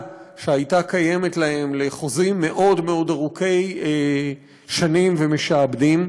שהייתה קיימת לחוזים מאוד מאוד ארוכי שנים ומשעבדים.